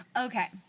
Okay